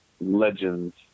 legends